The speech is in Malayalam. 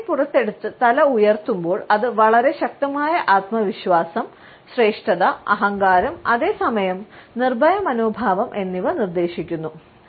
താടി പുറത്തെടുത്ത് തല ഉയർത്തുമ്പോൾ അത് വളരെ ശക്തമായ ആത്മവിശ്വാസം ശ്രേഷ്ഠത അഹങ്കാരം അതേ സമയം നിർഭയമനോഭാവം എന്നിവ നിർദ്ദേശിക്കുന്നു